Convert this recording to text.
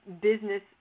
business